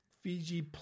Fiji